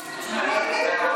בדיוק,